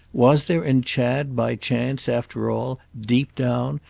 was there in chad, by chance, after all, deep down,